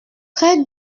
très